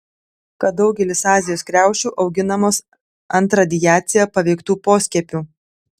kad daugelis azijos kriaušių auginamos ant radiacija paveiktų poskiepių